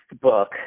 book